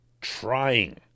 trying